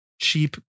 cheap